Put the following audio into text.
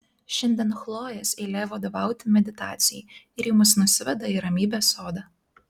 šiandien chlojės eilė vadovauti meditacijai ir ji mus nusiveda į ramybės sodą